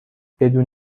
بدون